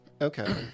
Okay